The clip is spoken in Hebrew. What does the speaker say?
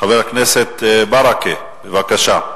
חבר הכנסת ברכה, בבקשה,